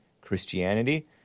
Christianity